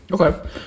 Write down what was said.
okay